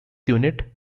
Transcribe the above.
unit